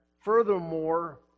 furthermore